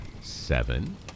seven